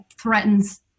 threatens